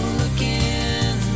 looking